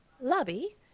lobby